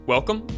Welcome